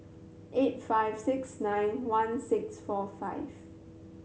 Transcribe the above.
eight five six nine one six four five